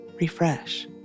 refresh